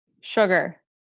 Sugar